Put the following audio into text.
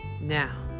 now